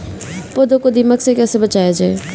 पौधों को दीमक से कैसे बचाया जाय?